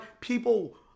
people